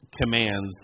commands